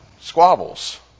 squabbles